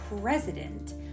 president